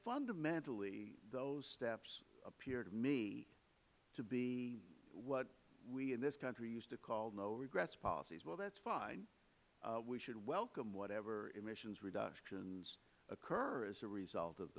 fundamentally those steps appear to me to be what we in this country used to call no regrets policies well that is fine we should welcome whatever emissions reductions occur as a result of